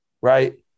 right